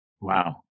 Wow